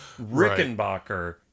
Rickenbacker